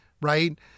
right